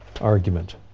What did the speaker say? argument